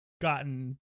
gotten